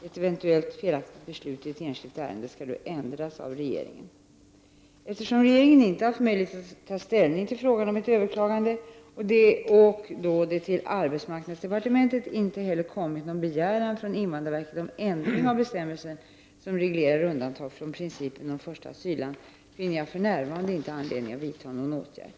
Ett eventuellt felaktigt beslut i ett enskilt ärende skall då ändras av regeringen. Eftersom regeringen inte haft möjlighet att ta ställning till frågan genom ett överklagande, och då det till arbetsmarknadsdepartementet inte heller kommit någon begäran från invandrarverket om ändring av bestämmelsen som reglerar undantag från principen om första asylland, finner jag för närvarande inte anledning att vidta några åtgärder.